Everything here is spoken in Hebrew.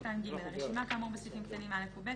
(ג)לרשימה כאמור בסעיפים קטנים (א) ו-(ב)